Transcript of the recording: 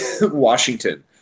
Washington